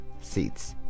seats